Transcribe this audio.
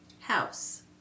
house